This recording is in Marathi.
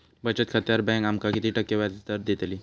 बचत खात्यार बँक आमका किती टक्के व्याजदर देतली?